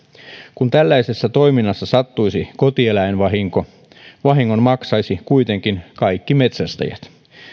kun tällaisessa toiminnassa sattuisi kotieläinvahinko vahingon maksaisivat kuitenkin kaikki metsästäjät